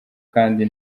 kandi